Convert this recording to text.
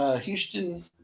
Houston